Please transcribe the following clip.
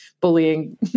bullying